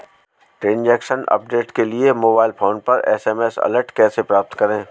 Transaction update के लिए mobile phone पर एस.एम.एस अलर्ट कैसे प्राप्त करें?